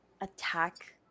attack